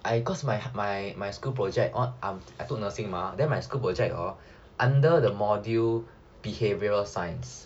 I cause my my my school project what cause I took nursing mah then my school project under the module behavioural science